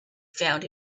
found